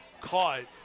caught